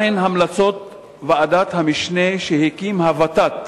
2. מה הן המלצות ועדת המשנה שהקימה הות"ת